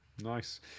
Nice